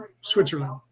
Switzerland